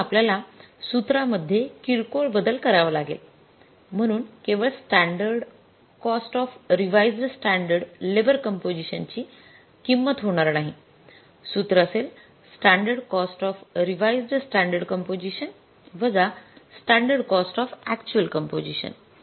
म्हणून आपल्याला सूत्रामध्ये किरकोळ बदल करावा लागेल म्हणून केवळ standard cost of revised standard labour composition ची किंमत होणार नाही सूत्र असेल standard cost of revised standard composition वजा standard cost of actual composition